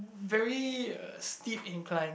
very uh steep inclines